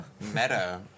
meta